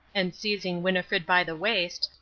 and seizing winnifred by the waist,